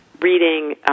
reading –